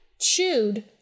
chewed